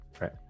right